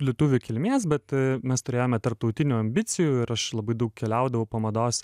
lietuvių kilmės bet mes turėjome tarptautinių ambicijų ir aš labai daug keliaudavau po mados